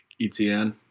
ETN